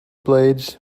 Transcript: blades